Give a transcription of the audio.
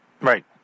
Right